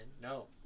No